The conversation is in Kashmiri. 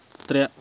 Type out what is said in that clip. ترٛےٚ